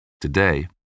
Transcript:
Today